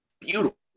beautiful